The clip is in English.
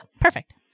perfect